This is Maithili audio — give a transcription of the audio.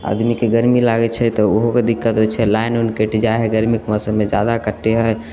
आदमीके गरमी लागैत छै तऽ ओहो तऽ दिक्कत होइत छै लाइन ओइन कटि जाए हय गरमीके मौसममे आधा कटले रहए